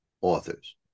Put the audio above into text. authors